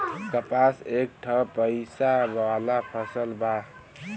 कपास एक ठे पइसा वाला फसल बा